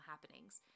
happenings